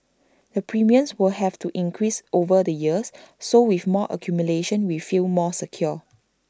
the premiums will have to increase over the years so with more accumulation we feel more secure